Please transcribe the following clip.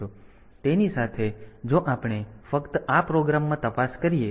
તેથી તેની સાથે જો આપણે ફક્ત આ પ્રોગ્રામમાં તપાસ કરીએ